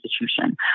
institution